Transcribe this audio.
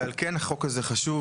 ועל כן החוק הזה חשוב.